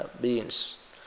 beings